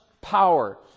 power